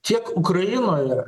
tiek ukrainoje